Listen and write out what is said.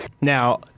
Now